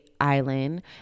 island